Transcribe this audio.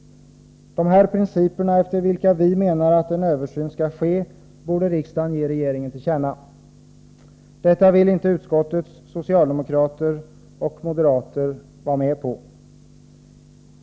Dessa principer, efter vilka vi anser att en översyn skall ske, bör riksdagen ge regeringen till känna. Men detta vill inte utskottets socialdemokrater och moderater vara med på.